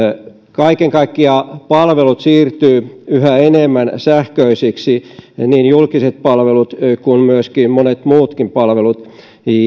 kaiken kaikkiaan palvelut siirtyvät yhä enemmän sähköisiksi niin julkiset palvelut kuin myös monet muutkin palvelut